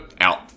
Out